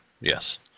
yes